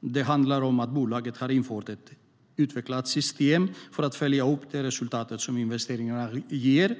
Det handlar om att bolaget har infört ett utvecklat system för att följa upp de resultat som investeringarna ger.